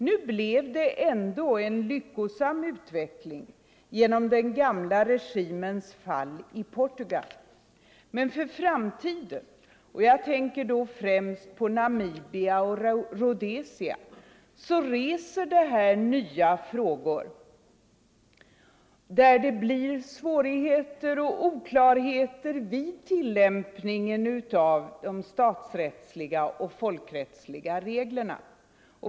Nu blev det ändå en lyckosam utveckling genom den gamla regimens fall i Portugal. Men för framtiden — jag tänker då främst på Namibia och Rhodesia — reser det här nya frågor, där det blir svårigheter och oklarheter vid tillämpningen av de statsrättsliga och folkrättsliga reglerna.